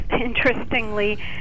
interestingly